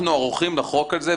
אנחנו ערוכים לחוק הזה,